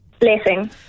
Blessing